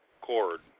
Cord